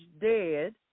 dead